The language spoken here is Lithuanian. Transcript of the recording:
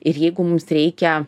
ir jeigu mums reikia